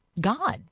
God